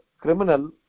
criminal